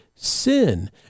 Sin